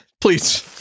Please